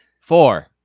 Four